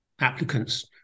applicants